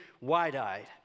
wide-eyed